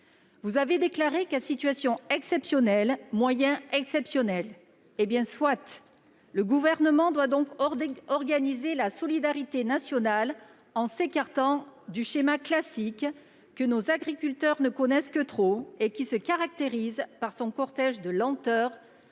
Vous l'avez déclaré :« À situation exceptionnelle, moyens exceptionnels. » Soit ! Le Gouvernement doit donc organiser la solidarité nationale, en s'écartant du schéma classique que nos agriculteurs ne connaissent que trop et qui se caractérise par son cortège de lenteurs,